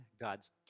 God's